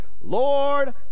Lord